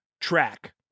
track